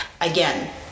Again